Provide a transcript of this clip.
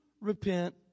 repent